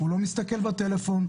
הוא לא מסתכל בטלפון,